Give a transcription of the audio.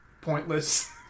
pointless